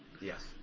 Yes